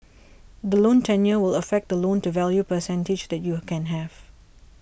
the loan tenure will affect the loan to value percentage that you a can have